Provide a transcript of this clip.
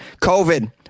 COVID